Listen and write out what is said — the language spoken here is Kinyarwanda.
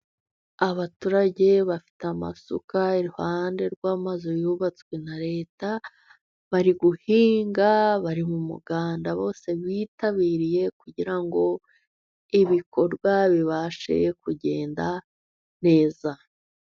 Abaturage bafite amasuka iruhande rw'amazu yubatswe na leta, bari guhinga, bari mu muganda bose bitabiriye, kugira ngo ibikorwa bibashe kugenda neza.